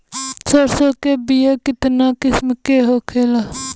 सरसो के बिज कितना किस्म के होखे ला?